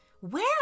Where